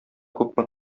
күпме